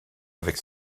avec